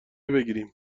بگیریم